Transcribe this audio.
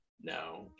no